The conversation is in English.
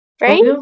Right